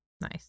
Nice